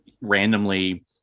randomly